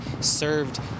served